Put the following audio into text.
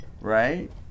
Right